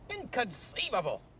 inconceivable